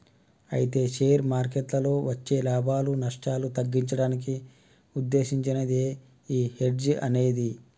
అయితే షేర్ మార్కెట్లలో వచ్చే లాభాలు నష్టాలు తగ్గించడానికి ఉద్దేశించినదే ఈ హెడ్జ్ అనేది